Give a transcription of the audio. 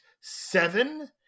seven